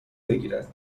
بگیرد